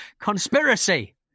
Conspiracy